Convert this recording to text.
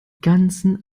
ganzen